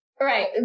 Right